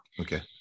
Okay